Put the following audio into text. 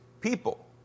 people